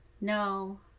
No